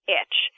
itch